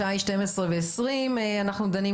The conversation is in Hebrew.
השעה היא 12:20. אנחנו דנים,